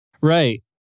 Right